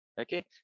Okay